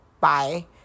bye